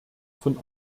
von